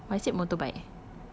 I said motorbike